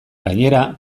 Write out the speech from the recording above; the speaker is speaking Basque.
gainera